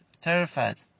terrified